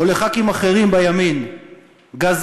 או לח"כים אחרים בימין "גזענים",